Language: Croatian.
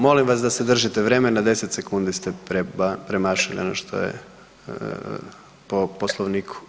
Molim vas da se držite vremena, 10 sekundi ste premašili ono što je po Poslovniku.